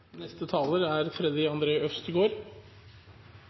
neste talar då er